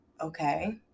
okay